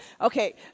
Okay